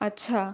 আচ্ছা